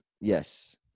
yes